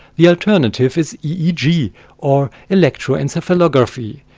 the alternative is eeg, or electroencephalography,